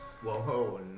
Whoa